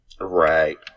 Right